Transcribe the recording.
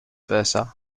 versa